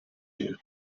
you